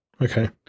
Okay